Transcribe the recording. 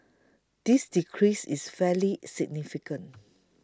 this decrease is fairly significant